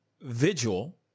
vigil